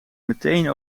meteen